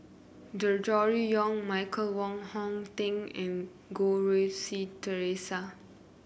Gregory Yong Michael Wong Hong Teng and Goh Rui Si Theresa